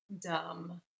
dumb